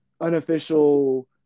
unofficial